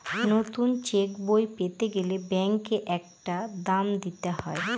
নতুন চেকবই পেতে গেলে ব্যাঙ্কে একটা দাম দিতে হয়